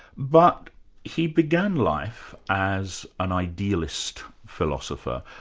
but he began life as an idealist philosopher,